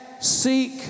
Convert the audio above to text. seek